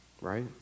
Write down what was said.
right